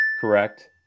correct